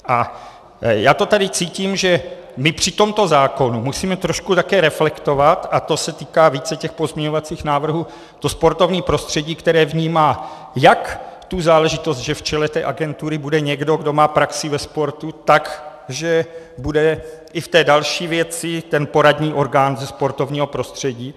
A já to tady cítím, že my při tomto zákonu musíme také trošku reflektovat, a to se týká více těch pozměňovacích návrhů, to sportovní prostředí, které vnímá jak tu záležitost, že v čele agentury bude někdo, kdo má praxi ve sportu, tak že bude i v té další věci poradní orgán ze sportovního prostředí.